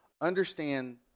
understand